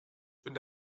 wenn